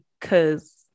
cause